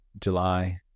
July